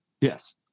Yes